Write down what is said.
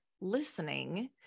listening